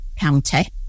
County